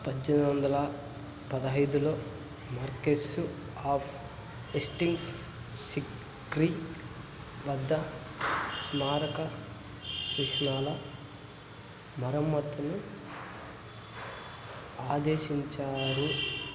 పద్దెనిమిది వందల పదిహేలో మార్క్వెస్ ఆఫ్ హేస్టింగ్స్ సిక్రీ వద్ద స్మారక చిహ్నాల మరమ్మత్తును ఆదేశించారు